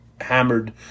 hammered